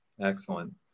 Excellent